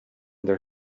their